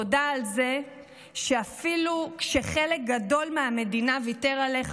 תודה על זה שאפילו כשחלק גדול מהמדינה ויתר עליך,